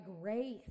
grace